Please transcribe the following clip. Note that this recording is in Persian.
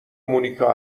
مونیکا